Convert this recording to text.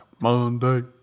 Monday